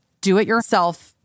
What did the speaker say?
do-it-yourself